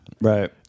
Right